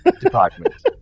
department